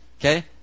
Okay